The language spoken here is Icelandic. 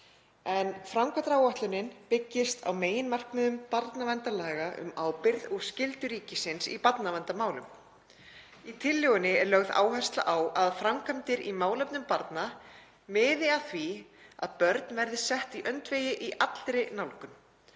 Framkvæmdaáætlunin byggist á meginmarkmiðum barnaverndarlaga um ábyrgð og skyldur ríkisins í barnaverndarmálum. Í tillögunni er lögð áhersla á að framkvæmdir í málefnum barna miði að því að börn verði sett í öndvegi í allri nálgun.